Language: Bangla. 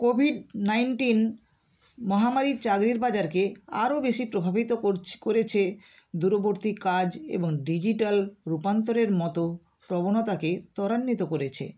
কোভিড নাইন্টিন মহামারি চাকরির বাজারকে আরও বেশি প্রভাবিত করেছে দূরবর্তী কাজ এবং ডিজিটাল রূপান্তরের মতো প্রবণতাকে ত্বরান্বিত করেছে